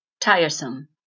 Tiresome